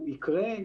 הוא עוד יקרה,